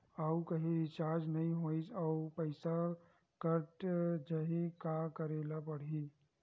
आऊ कहीं रिचार्ज नई होइस आऊ पईसा कत जहीं का करेला पढाही?